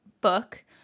book